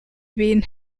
been